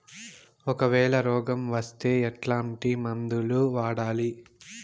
ఒకవేల రోగం వస్తే ఎట్లాంటి మందులు వాడాలి?